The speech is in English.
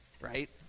right